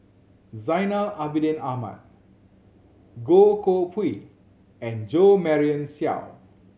Zainal Abidin Ahmad Goh Koh Pui and Jo Marion Seow